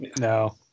No